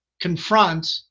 confront